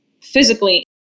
physically